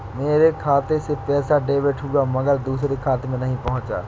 मेरे खाते से पैसा डेबिट हुआ मगर दूसरे खाते में नहीं पंहुचा